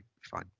Fine